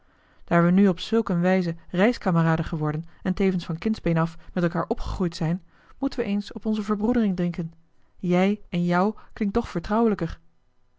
daar we nu op zulk een wijze reiskameraden geworden en tevens van kindsbeen af met elkaar opgegroeid zijn moeten we eens op onze verbroedering drinken jij en jou klinkt toch vertrouwelijker